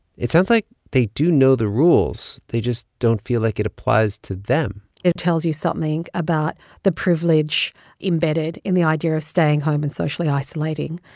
it sounds like they do know the rules. they just don't feel like it applies to them it tells you something about the privilege embedded in the idea of staying home and socially isolating.